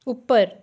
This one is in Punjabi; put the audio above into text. ਉੱਪਰ